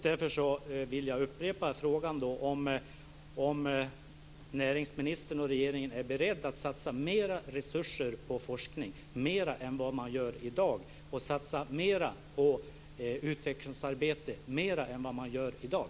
Därför vill jag upprepa frågan om näringsministern och regeringen är beredda att satsa mer resurser på forskning, och mer än vad man gör i dag, och beredda på att satsa mer på utvecklingsarbete, och mer än vad man gör i dag.